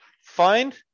find